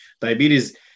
diabetes